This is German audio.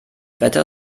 wetter